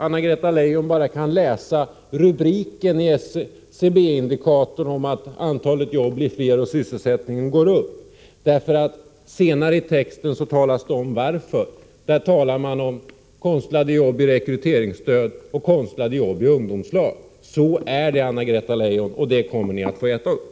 Anna-Greta Leijon läser bara rubriken i SCB:s ”Indikatorer för utvecklingen” om att antalet arbeten blir fler och att sysselsättningsgraden ökar. Senare i texten talas det om varför — det talas om konstlade arbeten med rekryteringsstöd och konstlade arbeten i ungdomslag. Så är det, och det kommer ni att få äta upp.